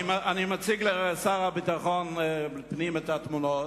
אני מציג לשר לביטחון פנים את התמונות,